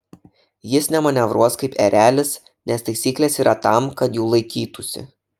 jis nemanevruos kaip erelis nes taisyklės yra tam kad jų laikytųsi